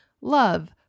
love